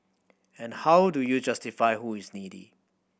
but how do you justify who is needy